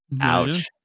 Ouch